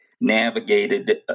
navigated